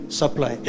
supply